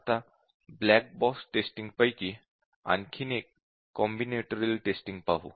आता black box testing पैकी आणखी एक कॉम्बिनेटोरिअल टेस्टिंग पाहू